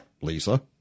Lisa